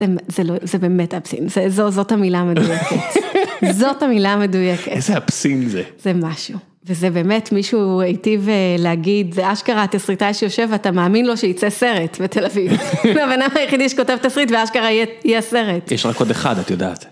זה באמת אבסין, זאת המילה המדויקת, זאת המילה המדויקת. איזה אבסין זה. זה משהו, וזה באמת, מישהו היטיב להגיד, זה אשכרה תסריטאי שיושב, ואתה מאמין לו שייצא סרט בתל אביב. לא, הוא הבן אדם היחידי שכותב תסריט ואשכרה יהיה הסרט. יש רק עוד אחד, את יודעת.